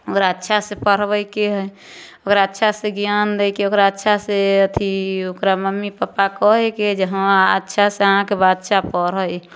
ओकरा अच्छासे पढ़बैके हइ ओकरा अच्छासे ज्ञान दैके हइ ओकरा अच्छासे अथी ओकरा मम्मी पप्पा कहैके हइ जे हँ अच्छासे अहाँके बच्चा पढ़ै